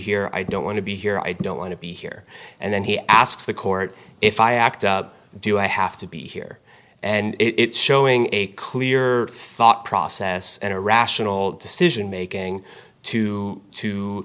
here i don't want to be here i don't want to be here and then he asks the court if i act do i have to be here and it's showing a clear thought process and a rational decision making to to